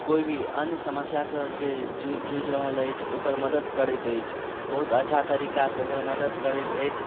कोइ भी अन्य समस्या सँ जे जुझि रहल अछि ओकर मदत करैत अछि बहुत अच्छा तरीका सँ ओकर मदत करैत अछि